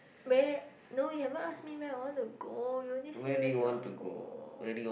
meh no you haven't ask me meh I want to go you only say where you want to go